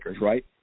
right